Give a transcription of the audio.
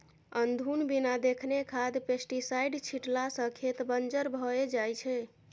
अनधुन बिना देखने खाद पेस्टीसाइड छीटला सँ खेत बंजर भए जाइ छै